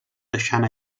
deixant